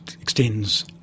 extends